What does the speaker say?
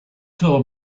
tour